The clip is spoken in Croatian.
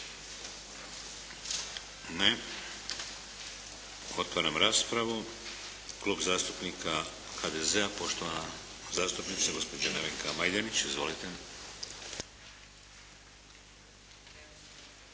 Ne. Otvaram raspravu. Klub zastupnika HDZ-a, poštovana zastupnica gospođa Nevenka Majdenić. Izvolite.